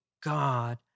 God